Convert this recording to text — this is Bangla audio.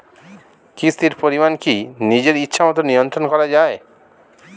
কিস্তির পরিমাণ কি নিজের ইচ্ছামত নিয়ন্ত্রণ করা যায়?